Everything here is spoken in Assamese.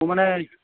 ত' মানে